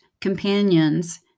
companions